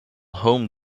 home